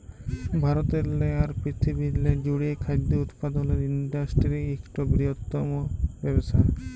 ভারতেরলে আর পিরথিবিরলে জ্যুড়ে খাদ্য উৎপাদলের ইন্ডাসটিরি ইকট বিরহত্তম ব্যবসা